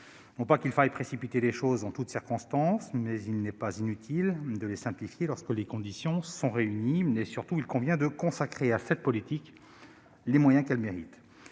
ne faut pas précipiter les choses en toutes circonstances, mais il n'est pas inutile de les simplifier lorsque les conditions sont réunies. Surtout, il convient de consacrer à cette politique les moyens qu'elle mérite.